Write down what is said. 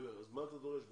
מה אתה דורש בעצם?